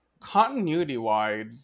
continuity-wise